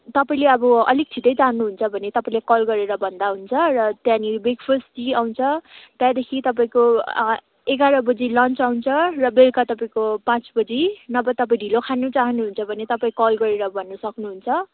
तपाईँले अब अलिक छिट्टै चाहनुहुन्छ भने तपाईँले कल गरेर भन्दा हुन्छ र त्यहाँनिर ब्रेकफस्ट टी आउँछ त्यहाँदेखि तपाईँको एघार बजी लन्च आउँछ र बेलुका तपाईँको पाँच बजी नभए तपाईँ ढिलो खान चाहनुहुन्छ भने तपाईँ कल गरेर भन्न सक्नुहुन्छ